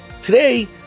today